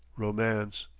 romance.